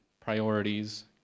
priorities